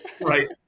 right